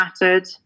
mattered